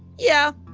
yeah.